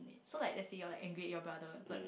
so like let's say you're like angry at your brother but